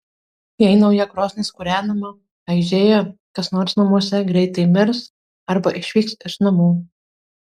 jei nauja krosnis kūrenama aižėja kas nors namuose greitai mirs arba išvyks iš namų